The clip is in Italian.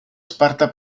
sparta